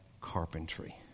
carpentry